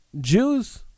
Jews